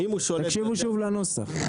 תקשיבו שוב לנוסח.